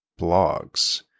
blogs